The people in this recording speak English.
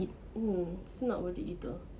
ya not worthy